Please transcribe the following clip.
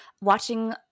watching